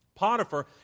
Potiphar